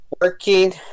working